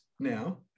now